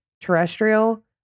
terrestrial